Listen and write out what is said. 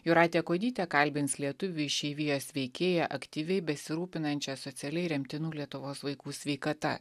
jūratė kuodytė kalbins lietuvių išeivijos veikėją aktyviai besirūpinančias socialiai remtinų lietuvos vaikų sveikata